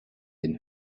den